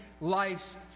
life's